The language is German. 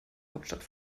hauptstadt